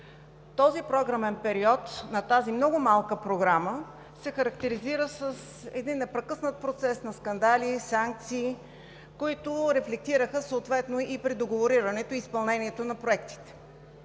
Този програмен период на много малката Програма се характеризира с един непрекъснат процес на скандали, санкции, които съответно рефлектираха и при договорирането и изпълнението на проектите.